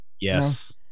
Yes